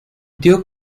dio